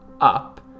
up